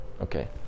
okay